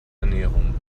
ernährung